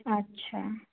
ଆଚ୍ଛା